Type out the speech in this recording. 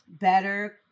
Better